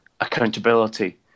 accountability